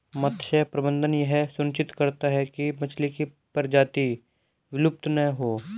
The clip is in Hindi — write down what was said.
मत्स्य प्रबंधन यह सुनिश्चित करता है की मछली की प्रजाति विलुप्त ना हो